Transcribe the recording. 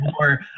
more